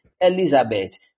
Elizabeth